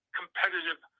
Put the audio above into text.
competitive